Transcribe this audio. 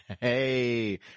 Hey